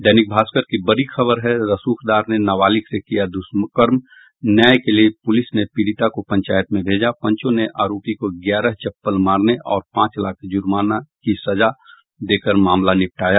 दैनिक भास्कर की बड़ी खबर है रसूखदार ने नाबालिग से किया दुष्कर्म न्याय के लिये पुलिस ने पीड़िता को पंचायत में भेजा पंचों ने आरोपी को ग्यारह चप्पल मारने और पांच लाख जुर्माने की सजा देकर मामला निपटाया